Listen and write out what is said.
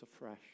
afresh